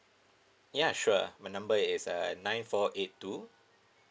ya sure my number is uh nine four eight two